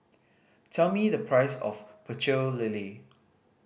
tell me the price of Pecel Lele